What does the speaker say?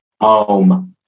home